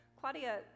Claudia